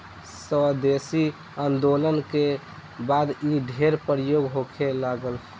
स्वदेशी आन्दोलन के बाद इ ढेर प्रयोग होखे लागल